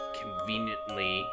conveniently